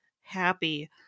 happy